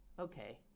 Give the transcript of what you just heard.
Okay